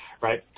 right